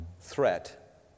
threat